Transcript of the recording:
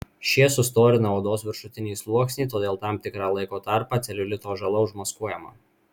šie sustorina odos viršutinį sluoksnį todėl tam tikrą laiko tarpą celiulito žala užmaskuojama